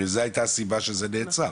הרי זו הייתה הסיבה שזה נעצר,